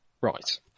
Right